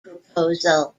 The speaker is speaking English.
proposal